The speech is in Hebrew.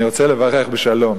אני רוצה לברך בשלום.